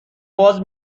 باز